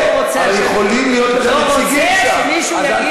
לא רוצה שמישהו יגיד לי,